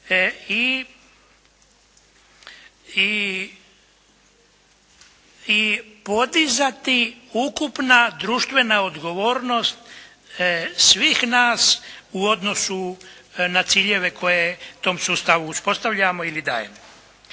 i podizati ukupna društvena odgovornost svih nas u odnosu na ciljeve koje tom sustavu uspostavljamo ili dajemo.